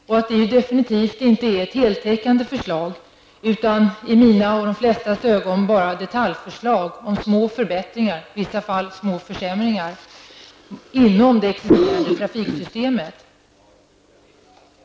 Förslagen är definitivt inte heltäckande, utan det är i mina och de flestas ögon bara detaljförslag på små förbättringar, i vissa fall små försämringar, inom det existerande trafiksystemet.